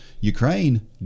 Ukraine